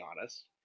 honest